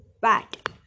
bat